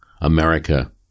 America